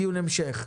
עצמאי,